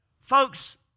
Folks